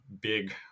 big